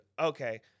okay